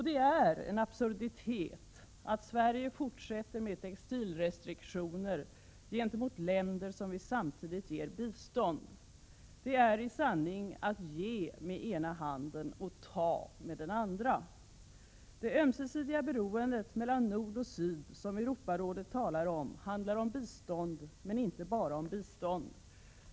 Det är en absurditet att Sverige fortsätter med textilrestriktioner gentemot länder som vi samtidigt ger bistånd. Det är i sanning att ge med ena handen och ta med den andra. Det ömsesidiga beroende mellan nord och syd som Europarådet talar om handlar om bistånd, men inte bara om bistånd.